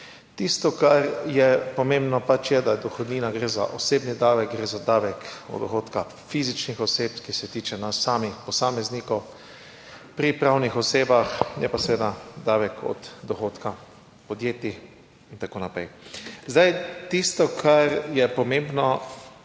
Tisto kar je pomembno je, da je dohodnina, gre za osebni davek, gre za davek od dohodka fizičnih oseb, ki se tiče nas samih, posameznikov, pri pravnih osebah je pa seveda davek od dohodka podjetij in tako naprej. Zdaj, tisto, kar je pomembno